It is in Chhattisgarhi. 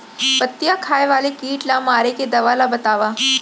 पत्तियां खाए वाले किट ला मारे के दवा ला बतावव?